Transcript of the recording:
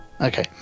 Okay